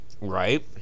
right